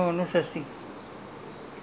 say you ask your boss lah to pay for it